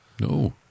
No